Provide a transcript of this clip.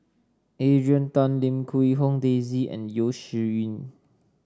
Adrian Tan Lim Quee Hong Daisy and Yeo Shih Yun